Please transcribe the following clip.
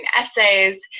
essays